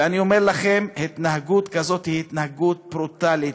ואני אומר לכם: התנהגות כזאת היא התנהגות ברוטלית,